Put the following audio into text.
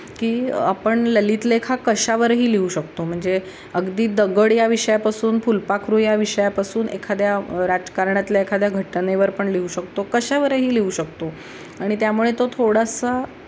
की आपण ललित लेख हा कशावरही लिहू शकतो म्हणजे अगदी दगड या विषयापासून फुलपाखरू या विषयापासून एखाद्या राजकारणातल्या एखाद्या घटनेवर पण लिहू शकतो कशावरही लिहू शकतो आणि त्यामुळे तो थोडासा